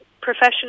professional